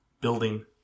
building